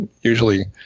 usually